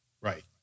Right